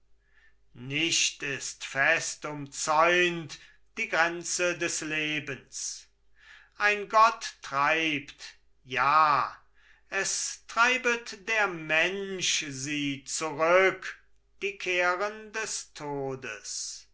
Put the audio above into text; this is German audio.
nicht ist fest umzäunt die grenze des lebens ein gott treibt ja es treibet der mensch sie zurück die keren des todes